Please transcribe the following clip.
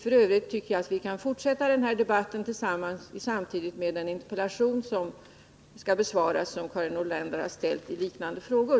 F. ö. tycker jag att vi kan fortsätta den här debatten i samband med att svar lämnas på den interpellation som Karin Nordlander har framställt i liknande frågor.